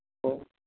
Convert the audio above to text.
ᱛᱚ